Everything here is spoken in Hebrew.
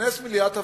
תתכנס מליאת הוועדה.